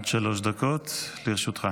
עד שלוש דקות לרשותך.